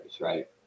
right